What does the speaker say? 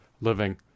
living